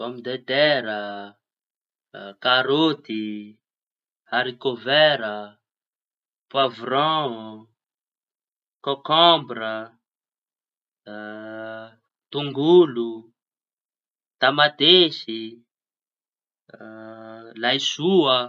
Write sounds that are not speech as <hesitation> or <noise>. Pôme detera, karaôty, harikovera, poavraon, kôkômbra, tongolo, tamatesy, <hesitation> laisoa.